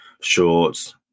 shorts